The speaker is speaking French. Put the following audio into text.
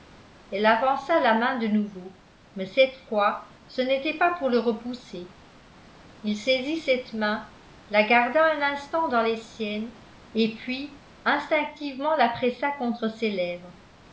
elle avança la main de nouveau mais cette fois ce n'était pas pour le repousser il saisit cette main la garda un instant dans les siennes et puis instinctivement la pressa contre ses lèvres